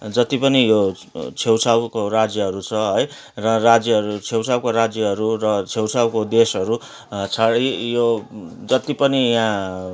जतिपनि यो छेउछाउको राज्यहरू छ है र राज्यहरू छेउछाउको राज्यहरू र छेउछाउको देशहरू छाडि यो जति पनि यहाँ